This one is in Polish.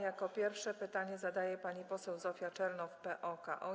Jako pierwsza pytanie zadaje pani poseł Zofia Czernow, PO-KO.